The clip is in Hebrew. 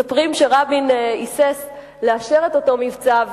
מספרים שרבין היסס אם לאשר את אותו מבצע,